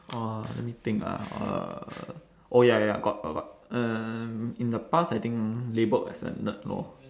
!wah! let me think ah uh oh ya ya got got got um in the past I think labelled as a nerd lor